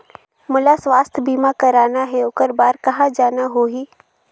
मोला स्वास्थ बीमा कराना हे ओकर बार कहा जाना होही?